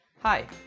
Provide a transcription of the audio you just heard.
Hi